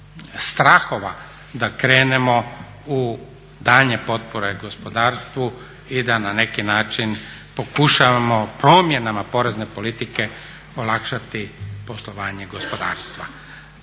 strahova da krenemo u daljnje potpore gospodarstvu i da neki način pokušavamo promjenama porezne politike olakšati poslovanje gospodarstva.